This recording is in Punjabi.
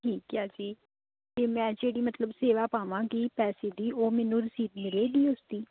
ਠੀਕ ਹੈ ਜੀ ਅਤੇ ਮੈਂ ਜਿਹੜੀ ਮਤਲਬ ਸੇਵਾ ਪਾਵਾਂਗੀ ਪੈਸੇ ਦੀ ਉਹ ਮੈਨੂੰ ਰਸੀਦ ਮਿਲੇਗੀ ਉਸ ਦੀ